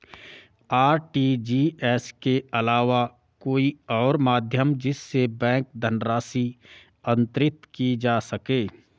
RTGS के अलावा कोई और माध्यम जिससे बैंक धनराशि अंतरित की जा सके?